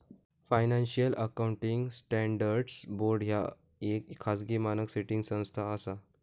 financial accounting standards board ह्या येक खाजगी मानक सेटिंग संस्था असा